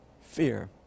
Fear